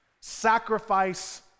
Sacrifice